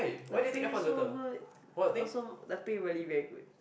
the pay so good also the pay really very good